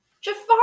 Jafar